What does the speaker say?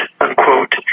unquote